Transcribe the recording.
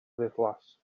ddiflas